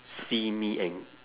see me and